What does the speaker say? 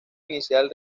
inicial